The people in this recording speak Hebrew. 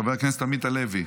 חבר הכנסת עמית הלוי.